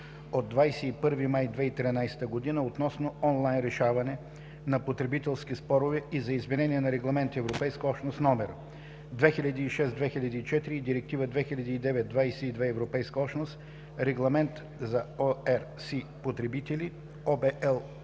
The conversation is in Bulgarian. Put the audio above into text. от 21 май 2013 г. относно онлайн решаване на потребителски спорове и за изменение на Регламент (ЕО) № 2006/2004 и Директива 2009/22/ЕО (Регламент за ОРС за потребители) (ОВ,